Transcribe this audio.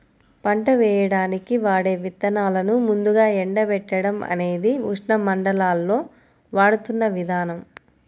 పంట వేయడానికి వాడే విత్తనాలను ముందుగా ఎండబెట్టడం అనేది ఉష్ణమండలాల్లో వాడుతున్న విధానం